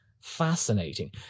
fascinating